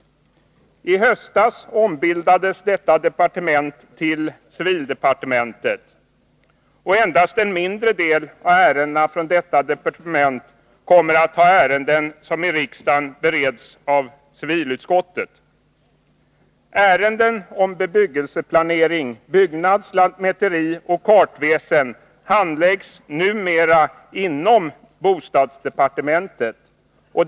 I höstas ombildades detta departement till civildepartementet. Endast en mindre del av ärendena från detta departement kommer att vara ärenden som i riksdagen bereds av civilutskottet. Ärenden om bebyggelseplanering, byggnads-, lantmäterioch kartväsen handläggs numera inom bostadsdepartementet.